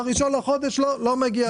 ב-1 לחודש לא מגיע לכם.